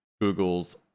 Google's